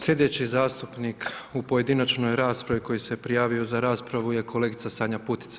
Sljedeći zastupnik u pojedinačnoj raspravi koji se prijavio za raspravu je kolegica Sanja Putica.